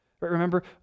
Remember